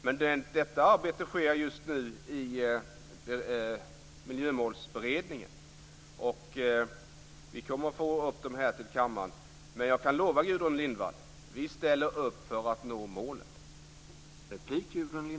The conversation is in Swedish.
Men detta arbete sker just nu i Miljömålsberedningen. Vi kommer att få materialet till kammaren. Men jag kan lova Gudrun Lindvall att vi ställer upp för att nå målen.